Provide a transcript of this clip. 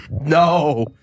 no